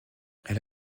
elle